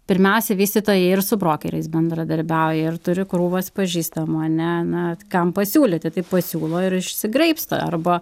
pirmiausia vystytojai ir su brokeriais bendradarbiauja ir turi krūvas pažįstamų ane na kam pasiūlyti tai pasiūlo ir išsigraibsto arba